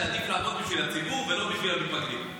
שעדיף לעבוד בשביל הציבור ולא בשביל המתפקדים.